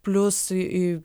plius į į